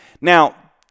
Now